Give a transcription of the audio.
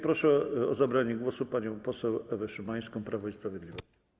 Proszę o zabranie głosu panią poseł Ewę Szymańską, Prawo i Sprawiedliwość.